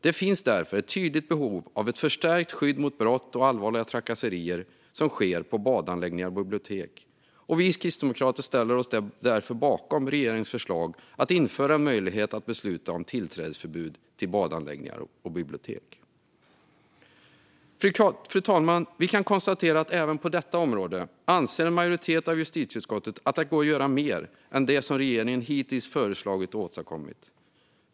Det finns därför ett tydligt behov av ett förstärkt skydd mot brott och allvarliga trakasserier som sker på badanläggningar och bibliotek. Vi kristdemokrater ställer oss därför bakom regeringens förslag att införa en möjlighet att besluta om tillträdesförbud till badanläggningar och bibliotek. Fru talman! Vi kan konstatera att även på detta område anser en majoritet av justitieutskottet att det går att göra mer än det som regeringen hittills föreslagit och åstadkommit.